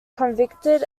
convicted